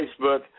Facebook